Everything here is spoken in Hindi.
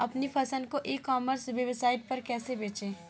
अपनी फसल को ई कॉमर्स वेबसाइट पर कैसे बेचें?